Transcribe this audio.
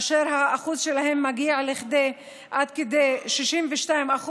האחוז שלהן מגיע עד כדי 62%,